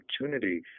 opportunity